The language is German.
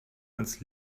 als